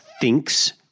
thinks